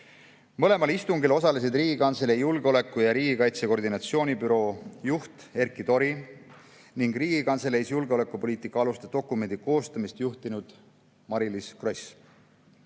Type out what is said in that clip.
Mõlemal istungil osalesid Riigikantselei julgeoleku ja riigikaitse koordinatsioonibüroo juht Erkki Tori ning Riigikantseleis julgeolekupoliitika aluste dokumendi koostamist juhtinud Mariliis Gross.